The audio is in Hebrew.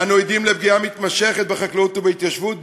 אנו עדים לפגיעה מתמשכת בחקלאות ובהתיישבות,